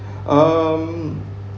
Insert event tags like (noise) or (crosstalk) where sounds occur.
(breath) um